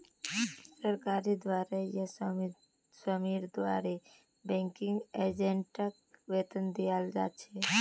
सरकारेर द्वारे या स्वामीर द्वारे बैंकिंग एजेंटक वेतन दियाल जा छेक